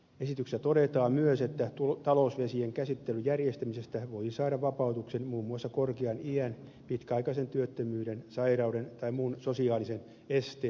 esityksessä todetaan myös että talousvesien käsittelyn järjestämisestä voi saada vapautuksen muun muassa korkean iän pitkäaikaisen työttömyyden sairauden tai muun sosiaalisen esteen vuoksi